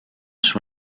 sur